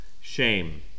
shame